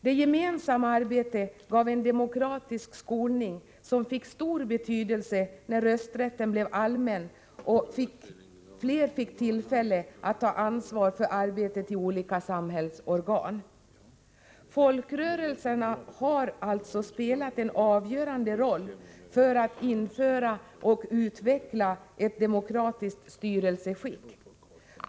Det gemensamma arbetet gav en demokratisk skolning, som fick stor betydelse när rösträtten blev allmän och fler fick tillfälle att ta ansvar för arbetet i olika samhällsorgan. Folkrörelserna har alltså spelat en avgörande roll för att införa och utveckla ett demokratiskt styrelseskick.